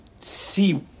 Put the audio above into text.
see